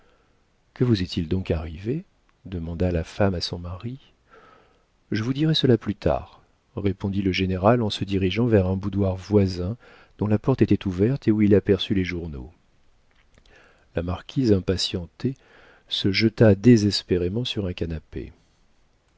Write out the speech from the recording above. que vous est-il donc arrivé demanda la femme à son mari je vous dirai cela plus tard répondit le général en se dirigeant vers un boudoir voisin dont la porte était ouverte et où il aperçut les journaux la marquise impatientée se jeta désespérément sur un canapé